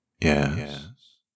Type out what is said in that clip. Yes